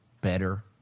better